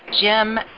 Jim